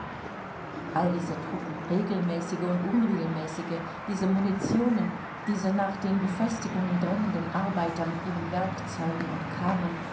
all diese truppen regelmäßige und unregelmäßige diese munitionen diese nach den befestigungen drängenden arbeiter mit ihren werkzeugen und karren